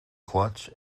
clutch